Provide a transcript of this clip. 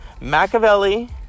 Machiavelli